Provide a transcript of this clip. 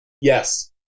Yes